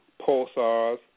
pulsars